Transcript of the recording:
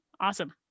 awesome